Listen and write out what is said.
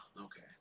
Okay